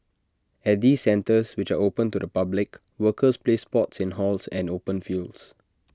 at these centres which are open to the public workers play sports in halls and open fields